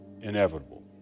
inevitable